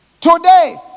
today